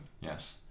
yes